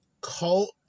cult